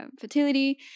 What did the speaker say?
fertility